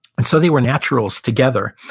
and so they were naturals together.